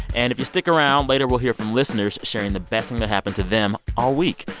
and if you stick around, later we'll hear from listeners sharing the best thing to happen to them all week.